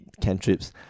cantrips